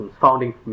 founding